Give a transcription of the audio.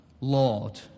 Lord